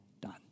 done